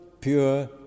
pure